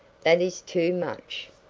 that is too much.